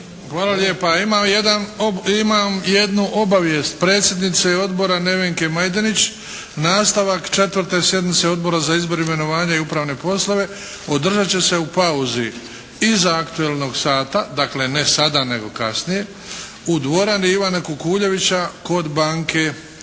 Hvala lijepa. Imam jednu obavijest predsjednice odbora Nevenke Majdenić. Nastavak 4. sjednice Odbora za izbor, imenovanje i upravne poslove održat će se u pauzi iza aktualnog sata. Dakle, ne sada nego kasnije u dvorani Ivana Kukuljevića kod banke i